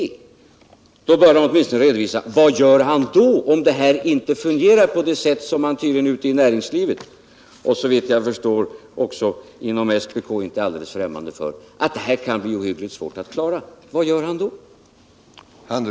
Om så är fallet bör han åtminstone redovisa vad han tänker göra om det blir så som man ute i näringslivet och, såvitt jag förstår, också inom SPK tydligen inte är fträmmande för, nämligen att det här kan bli ohyggligt svårt att klara. Vad gör han då?